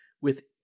With